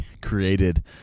created